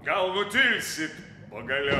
gal nutilsit pagaliau